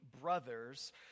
brothers